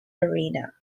arena